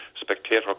spectator